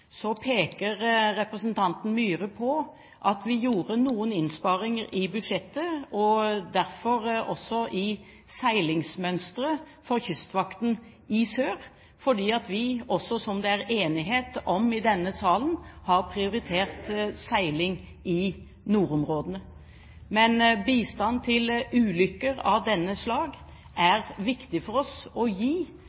peker representanten Myhre på at vi gjorde noen innsparinger i budsjettet, og derfor også i Kystvaktens seilingsmønster i sør, fordi vi, som det er enighet om i denne salen, har prioritert seiling i nordområdene. Men bistand til ulykker av dette slag